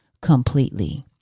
completely